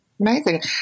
Amazing